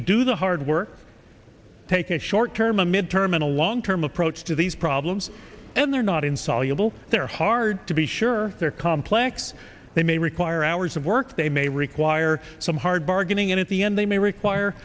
to do the hard work take a short term a mid term and a long term approach to these problems and they're not insoluble they're hard to be sure they're complex they may require hours of work they may require some hard bargaining and at the end they may require